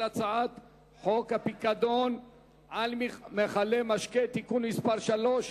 הצעת חוק הפיקדון על מכלי משקה (תיקון מס' 3),